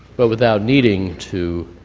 but without needing to